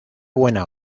buena